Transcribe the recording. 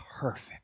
Perfect